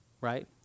right